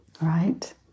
right